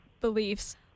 beliefs